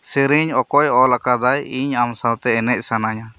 ᱥᱮᱨᱮᱧ ᱚᱠᱚᱭ ᱚᱞ ᱟᱠᱟᱫᱟᱭ ᱤᱧ ᱟᱢ ᱥᱟᱶᱛ ᱮ ᱮᱱᱮᱡ ᱥᱟᱱᱟᱧᱼᱟ